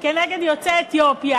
כנגד יוצאי אתיופיה,